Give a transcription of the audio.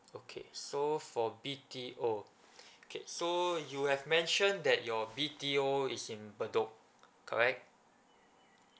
okay so for B_T_O okay so you have mentioned that your B_T_O is in bedok correct